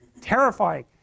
terrifying